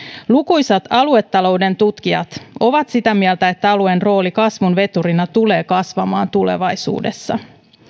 lukuisat aluetalouden tutkijat ovat sitä mieltä että alueen rooli kasvun veturina tulee kasvamaan tulevaisuudessa